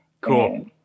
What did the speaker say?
Cool